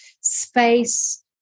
space